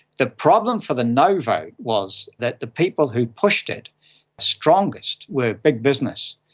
the problem for the no vote was that the people who pushed it strongest were big business,